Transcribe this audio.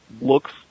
looks